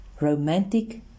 romantic